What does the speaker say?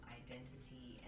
identity